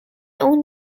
اون